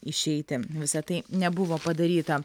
išeiti visa tai nebuvo padaryta